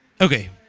Okay